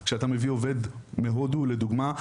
כשאתה מביא עובד מהודו לדוגמא,